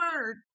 word